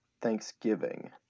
Thanksgiving